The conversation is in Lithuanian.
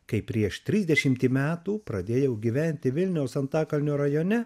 kai prieš trisdešimtį metų pradėjau gyventi vilniaus antakalnio rajone